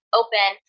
open